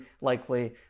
likely